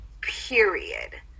Period